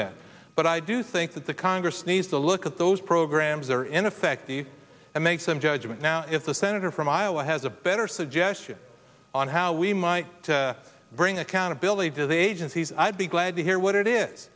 that but i do think that the congress needs to look at those programs are in effect the make some judgment now is the senator from iowa has a better suggestion on how we might bring accountability does agencies i'd be glad to hear what it is